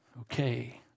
okay